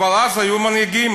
אבל אז היו מנהיגים,